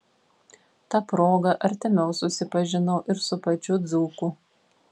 ta proga artimiau susipažinau ir su pačiu dzūku